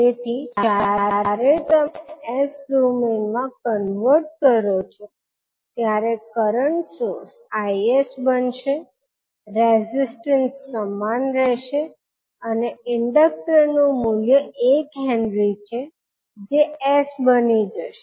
તેથી જ્યારે તમે s ડોમેઈનમાં કન્વર્ટ કરો છો ત્યારે કરંટ સોર્સ 𝐼𝑠 બનશે રેઝિસ્ટન્સ સમાન રહેશે અને ઇન્ડકટર નું મૂલ્ય 1 H છે જે s બની જશે